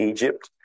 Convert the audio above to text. Egypt